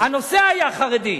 הנושא היה חרדי.